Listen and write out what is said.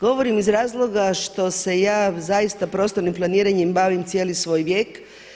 Govorim iz razloga što se ja zaista prostornim planiranjem bavim cijeli svoj vijek.